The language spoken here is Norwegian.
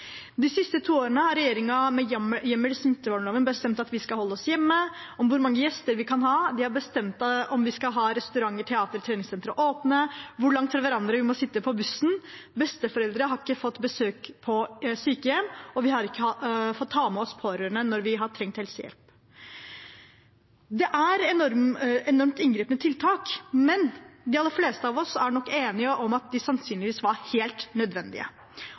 De siste to årene har regjeringen, med hjemmel i smittevernloven, bestemt at vi skal holde oss hjemme hvor mange gjester vi kan ha om vi kan holde restauranter, teatre og treningssenter åpne hvor langt fra hverandre vi må sitte på bussen at besteforeldre ikke har fått lov til å ha besøk på sykehjem at vi ikke har fått lov til å ha med oss pårørende når vi har trengt helsehjelp Dette er enormt inngripende tiltak, men de aller fleste av oss er nok enige om at de sannsynligvis var helt